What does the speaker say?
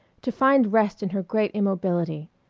to find rest in her great immobility.